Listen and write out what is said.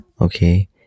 okay